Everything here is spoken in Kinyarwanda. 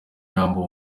yambuwe